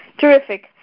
Terrific